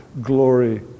glory